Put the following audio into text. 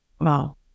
Wow